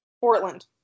Portland